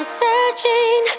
searching